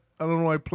Illinois